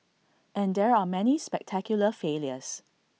and there are many spectacular failures